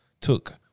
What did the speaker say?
took